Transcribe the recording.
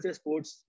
sports